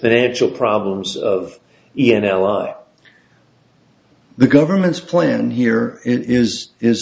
financial problems of e l o are the government's plan here it is is